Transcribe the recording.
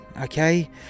okay